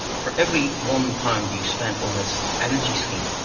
for every one pounds you spent on this energy scheme,